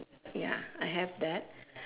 ya I have that